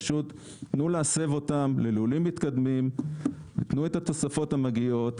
פשוט תנו להסב אותם ללולים מתקדמים ותנו את התוספות המגיעות,